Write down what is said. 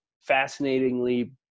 fascinatingly